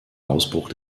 ausbruch